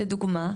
לדוגמה,